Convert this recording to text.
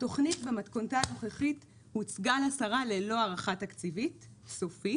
"התוכנית במתכונתה הנוכחית הוצגה לשרה ללא הערכה תקציבית סופית,